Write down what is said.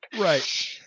Right